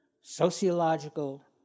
sociological